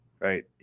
right